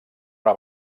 una